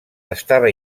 estava